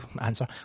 answer